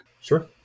Sure